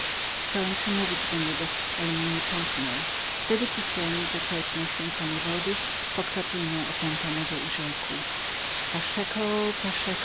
chciałem przemówić do niego ale niepoznał mnie wtedy pustelnik zaczerpnął święconej wody pokropił nią opętanego i rzekł paszeko paszeko